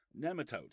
Nematodes